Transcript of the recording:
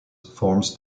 forms